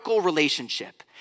relationship